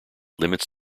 limits